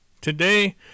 Today